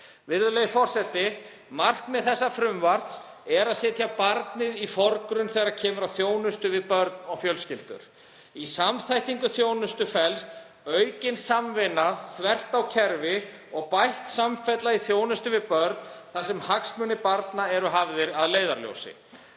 Virðulegi forseti. Markmið frumvarpsins er að setja barnið í forgrunn þegar kemur að þjónustu við börn og fjölskyldur. Í samþættingu þjónustu felst aukin samvinna þvert á kerfi og bætt samfella í þjónustu við börn þar sem hagsmunir barna eru hafðir að leiðarljósi.